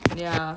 ya